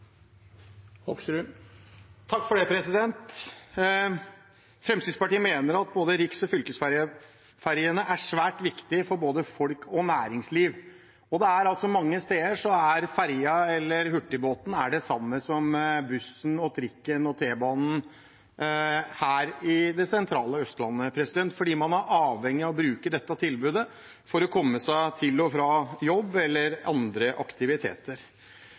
svært viktige for både folk og næringsliv. Mange steder er ferja eller hurtigbåten det samme som bussen, trikken og T-banen på det sentrale Østlandet, fordi man er avhengige av å bruke dette tilbudet for å komme seg til og fra jobb eller på andre aktiviteter.